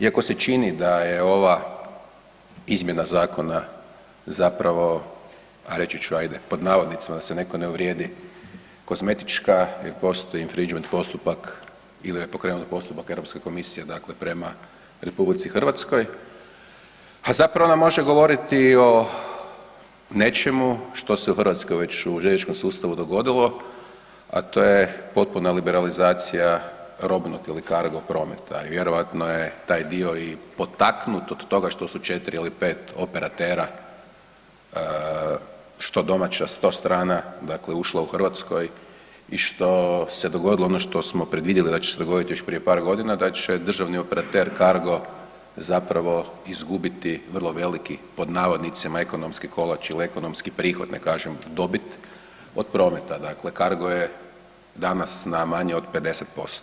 Iako se čini da je ova izmjena zakona zapravo reći ću ajde pod navodnicima, da se netko ne uvrijedi, „kozmetička“, jer postoji infringement postupak ili je pokrenut postupak Europske komisije dakle prema RH, a zapravo nam može govoriti i o nečemu što se u Hrvatskoj već, u željezničkom sustavu već dogodilo, a to je potpuna liberalizacija robnog ili cargo prometa i vjerovatno je taj dio i potaknut od toga što su 4 ili 5 operatera, što domaća, što strana, dakle ušla u Hrvatskoj i što se dogodilo ono što smo predvidjeli da će se dogoditi još prije par godina, da će državni operater Cargo zapravo izgubiti vrlo veliki „ekonomski kolač“ ili ekonomski prihod, ne kažem dobit, od prometa dakle, Cargo je danas na manje od 50%